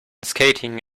skating